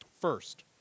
First